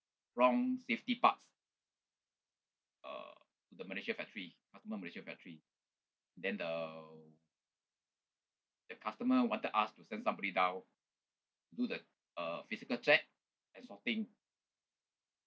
wrong safety parts uh the malaysia factory customer malaysia factory then the the customer wanted us to send somebody down do the uh physical check and sorting